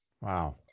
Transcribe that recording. Wow